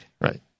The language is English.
right